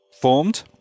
formed